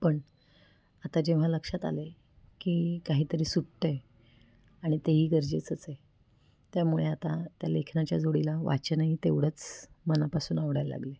पण आता जेव्हा लक्षात आलं आहे की काहीतरी सुटत आहे आणि तेही गरजेचंच आहे त्यामुळे आता त्या लेखनाच्या जोडीला वाचनही तेवढंच मनापासून आवडायला लागलं आहे